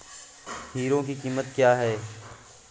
Hero की कीमत क्या है?